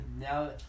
now